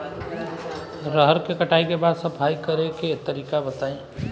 रहर के कटाई के बाद सफाई करेके तरीका बताइ?